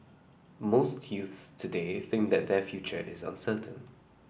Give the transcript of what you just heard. most youths today think that their future is uncertain